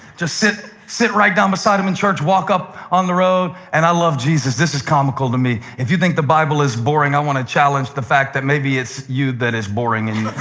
just sit sit right down beside them in church, walk up on the road. and i love jesus. this is comical to me. if you think the bible is boring, i want to challenge the fact that maybe it's you that is boring. and